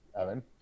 Evan